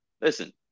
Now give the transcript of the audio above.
Listen